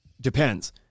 depends